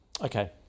Okay